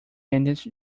engines